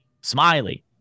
Smiley